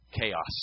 Chaos